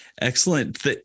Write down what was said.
Excellent